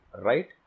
Right